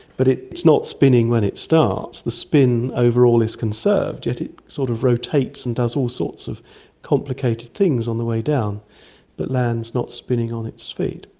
but it's not spinning when it starts, the spin overall is conserved yet it sort of rotates and does all sorts of complicated things on the way down but lands not spinning on its feet.